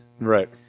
Right